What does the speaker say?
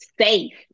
safe